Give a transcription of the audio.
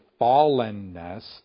fallenness